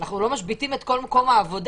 אנחנו לא משביתים את כל המקום העבודה,